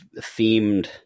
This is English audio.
themed